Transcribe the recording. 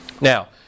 Now